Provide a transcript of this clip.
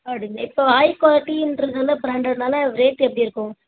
இப்போது ஹை குவாலிட்டின்றது வந்து ப்ராண்டெடுனால ரேட் எப்படி இருக்கும்